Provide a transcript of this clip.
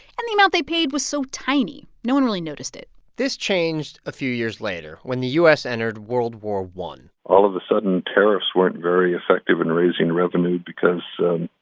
and the amount they paid was so tiny, no one really noticed it this changed a few years later, when the u s. entered world war i all of a sudden, tariffs weren't very effective in raising revenue because, so